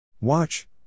Watch